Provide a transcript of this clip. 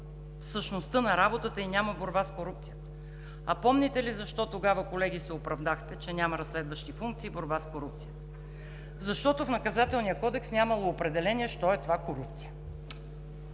в същността на работата ѝ няма борба с корупцията. А помните ли защо тогава, колеги, се оправдахте, че няма разследващи функции борбата с корупцията? Защото в Наказателния кодекс нямало определение що е това „корупция“,